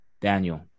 Daniel